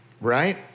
right